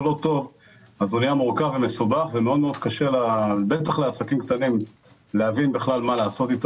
זה נהיה מורכב ומסובך ומאוד קשה בטח לעסקים קטנים להבין מה לעשות איתו.